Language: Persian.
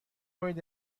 کنید